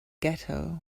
ghetto